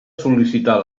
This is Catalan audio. sol·licitar